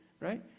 right